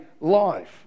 life